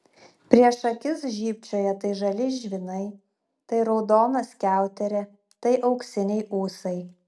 prieš akis žybčiojo tai žali žvynai tai raudona skiauterė tai auksiniai ūsai